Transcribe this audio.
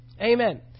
Amen